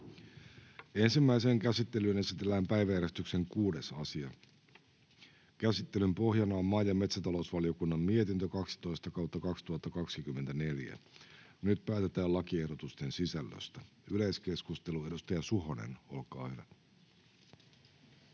Ensimmäiseen käsittelyyn esitellään päiväjärjestyksen 6. asia. Käsittelyn pohjana on maa‑ ja metsätalousvaliokunnan mietintö MmVM 12/2024 vp. Nyt päätetään lakiehdotusten sisällöstä. — Yleiskeskustelu. Edustaja Suhonen, olkaa hyvä.